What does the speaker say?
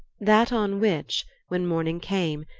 that on which, when morning came,